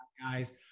guys